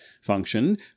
Function